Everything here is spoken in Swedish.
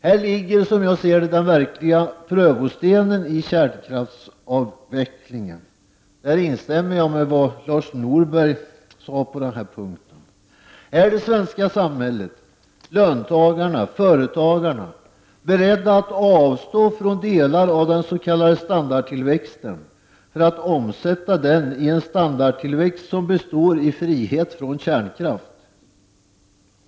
Här ligger, som jag ser det, den verkliga prövostenen i kärnkraftsavvecklingen, och jag instämmer alltså i vad Lars Norberg sade på den punkten. Är människorna i det svenska samhället, löntagarna och företagarna, beredda att avstå från delar av den s.k. standardtillväxten för att omsätta dessa i en standardtillväxt som består i frihet från kärnkraft?